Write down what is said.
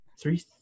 three